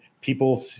people